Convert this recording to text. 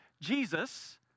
Jesus